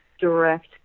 direct